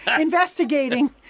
investigating